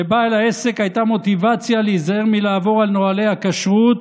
לבעל העסק הייתה מוטיבציה להיזהר מלעבור על נוהלי הכשרות,